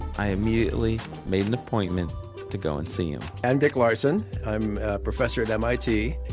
i immediately made an appointment to go and see him i'm dick larson. i'm a professor at mit.